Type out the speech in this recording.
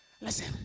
listen